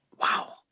wow